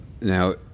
Now